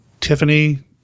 Tiffany